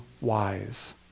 wise